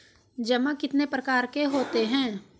जमा कितने प्रकार के होते हैं?